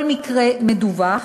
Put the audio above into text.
כל מקרה מדווח,